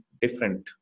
different